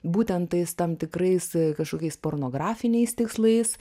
būtent tais tam tikrais kažkokiais pornografiniais tikslais